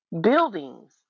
buildings